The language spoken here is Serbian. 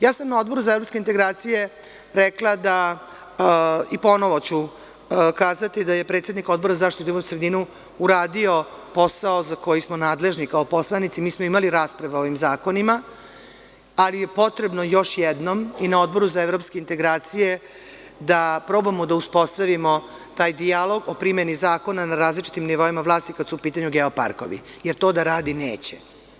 Ja sam na Odboru za evropske integracije rekla da i ponovo ćukazati da je predsednik Odbora za zaštitu životne sredine uradio posao za koji smo nadležni kao poslanici, mi smo imali rasprave o ovim zakonima, ali je potrebno još jednom i na Odboru za evropske integracije da probamo da uspostavimo taj dijalog o primeni zakona na različitim nivoima vlasti kada su u pitanju geoparkovi jer to da radi neće.